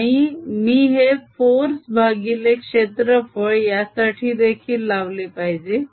आणि मी हे फोर्स भागिले क्षेत्रफळ यासाठी देखील लावले पाहिजे